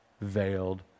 veiled